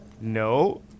No